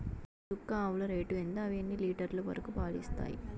చుక్క ఆవుల రేటు ఎంత? అవి ఎన్ని లీటర్లు వరకు పాలు ఇస్తాయి?